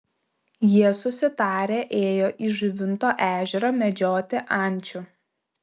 jie susitarę ėjo į žuvinto ežerą medžioti ančių